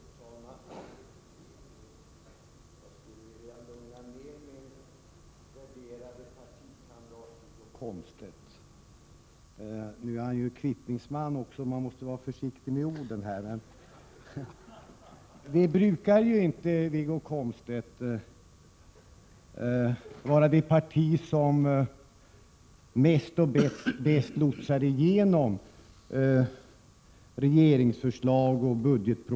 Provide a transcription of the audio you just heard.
Herr talman! Jag skulle vilja lugna ner min värderade partikamrat Wiggo Komstedt. Eftersom Wiggo Komstedt är kvittningsman måste man vara försiktig med orden. Vi brukar inte, Wiggo Komstedt, vara det parti som mest och bäst lotsar igenom regeringens förslag i riksdagen.